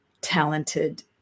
talented